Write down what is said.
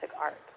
art